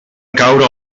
caure